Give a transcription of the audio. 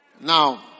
Now